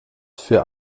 für